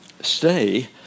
stay